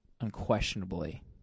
unquestionably